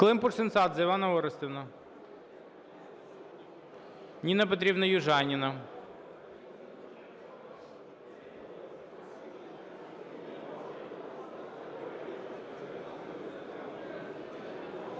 Климпуш-Цинцадзе Іванна Орестівна. Ніна Петрівна Южаніна.